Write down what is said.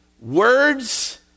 Words